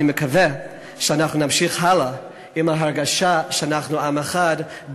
אני מקווה שאנחנו נמשיך הלאה עם ההרגשה שאנחנו עם אחד,